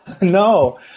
No